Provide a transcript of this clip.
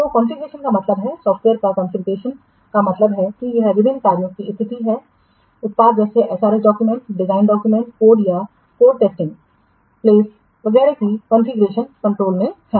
तो कॉन्फ़िगरेशन का मतलब है सॉफ्टवेयर का कॉन्फ़िगरेशन का मतलब है कि यह विभिन्न कार्यों की स्थिति है उत्पाद जैसे SRS documents design documents code या कोड टेस्टिंग पलेंस वगैरह जो कॉन्फ़िगरेशन कंट्रोल में हैं